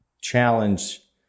challenge